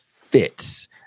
fits